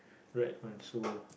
right console